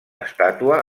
estàtua